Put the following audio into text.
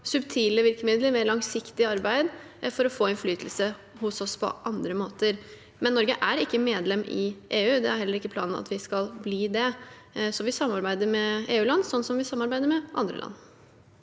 subtile virkemidler og mer langsiktig arbeid for å få innflytelse hos oss på andre måter. Norge er ikke medlem i EU, og det er heller ikke planen at vi skal bli det, så vi samarbeider med EU-land sånn som vi samarbeider med andre land.